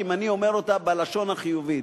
אם אני אומר אותה בלשון החיובית,